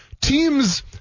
Teams